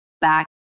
back